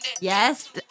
Yes